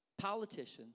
politicians